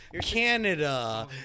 Canada